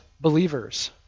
believers